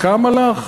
התק"ם הלך?